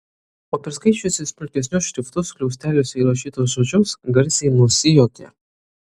o perskaičiusi smulkesniu šriftu skliausteliuose įrašytus žodžius garsiai nusijuokė